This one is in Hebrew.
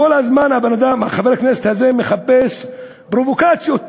כל הזמן חבר הכנסת הזה מחפש פרובוקציות באזור,